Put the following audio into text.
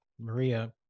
maria